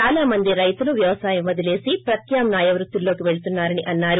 చాలా మంది రైతులు వ్యవసాయం వదిలేసి ప్రత్యామ్నాయ వృత్తుల్లో కి పెళుతున్సారని అన్నారు